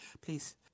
please